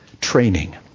training